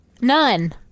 None